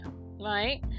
right